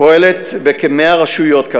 פועלת בכ-100 רשויות,